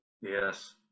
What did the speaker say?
yes